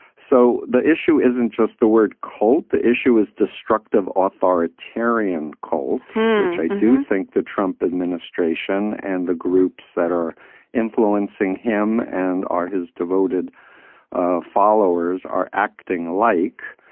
so the issue isn't just the word cold. the issue is destructive, authoritarian, cold, which i do think the trump administration and the groups that are influencing him and are his devoted followers are acting like.